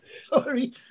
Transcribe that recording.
Sorry